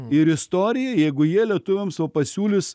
ir istoriją jeigu jie lietuviams va pasiūlys